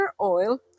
oil